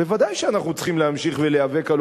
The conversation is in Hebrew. ודאי שאנחנו צריכים להמשיך ולהיאבק על